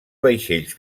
vaixells